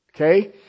Okay